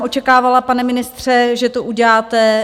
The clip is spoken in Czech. Očekávala jsem, pane ministře, že to uděláte.